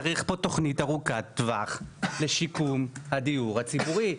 צריך פה תוכנית ארוכת טווח לשיקום הדיור הציבורי,